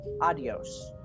adios